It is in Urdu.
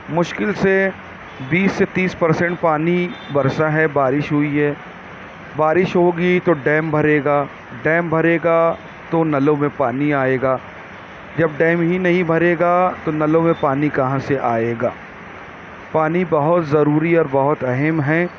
مشکل سے بیس سے تیس پر سینٹ پانی برسا ہے بارش ہوئی ہے بارش ہوگی تو ڈیم بھرے گا ڈیم بھرے گا تو نلوں میں پانی آئے گا جب ڈیم ہی نہیں بھرے گا تو نلوں میں پانی کہاں سے آئے گا پانی بہت ضروری اور بہت اہم ہے